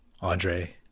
Andre